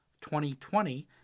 2020